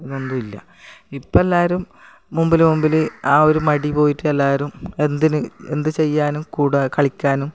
ഒന്നൊന്നും ഇല്ല ഇപ്പം എല്ലാവരും മുൻപിൽ മുൻപിൽ ആ ഒരു മടി പോയിട്ട് എല്ലാവരും എന്തിന് എന്ത് ചെയ്യാനും കൂടെ കളിക്കാനും